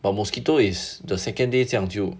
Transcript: but mosquito is the second day 这样就